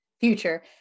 future